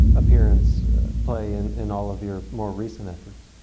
appearance play and in all of your more recent efforts?